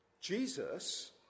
Jesus